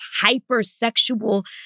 hypersexual